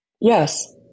Yes